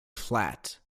flat